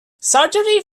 surgery